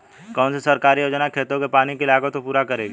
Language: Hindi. कौन सी सरकारी योजना खेतों के पानी की लागत को पूरा करेगी?